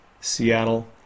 Seattle